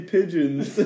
Pigeons